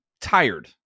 tired